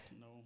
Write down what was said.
No